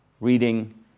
reading